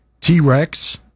T-Rex